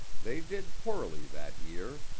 they did poorly that year,